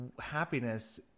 happiness